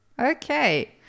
Okay